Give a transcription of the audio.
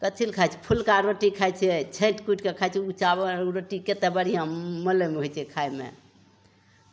कथी लए खाइ छै फुल्का रोटी खाइ छै छाँटि कूटिके खाइ छै उ चावल उ रोटी कते बढ़िआँ मुलायम होइ छै खाइमे